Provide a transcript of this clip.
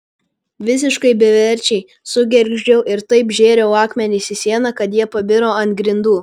visiškai beverčiai sugergždžiau ir taip žėriau akmenis į sieną kad jie pabiro ant grindų